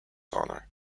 honor